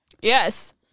Yes